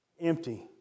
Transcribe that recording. Empty